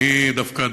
אני דווקא,